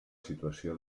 situació